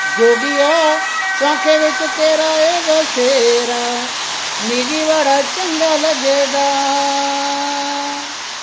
जोगिया सुआंखे बि च तेरा ऐ बसेरा मिगी बड़ा चंगा लगदा